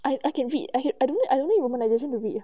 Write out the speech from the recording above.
I I can read I eh I don't I don't need romanisations to read